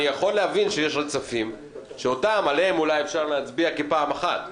אני יכול להבין שיש עוד סעיפים שעליהם אולי אפשר להצביע כפעם אחת.